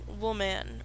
woman